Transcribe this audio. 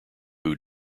who